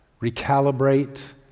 recalibrate